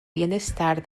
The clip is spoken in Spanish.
bienestar